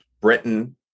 Britain